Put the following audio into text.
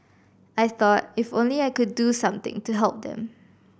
I thought if only I could do something to help them